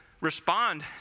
respond